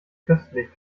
köstlich